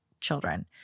children